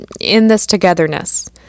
in-this-togetherness